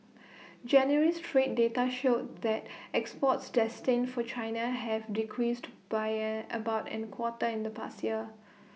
January's trade data showed that exports destined for China have decreased buyer about an quarter in the past year